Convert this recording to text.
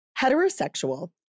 heterosexual